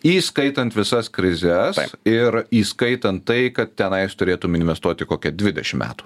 įskaitant visas krizes ir įskaitant tai kad tenais turėtum investuoti kokią dvidešimt metų